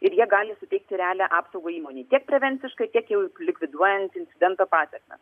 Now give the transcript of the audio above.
ir jie gali suteikti realią apsaugą įmonei tiek prevenciškai tiek jau likviduojant incidento pasekmes